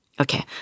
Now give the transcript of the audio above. Okay